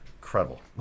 incredible